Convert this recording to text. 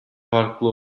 farklı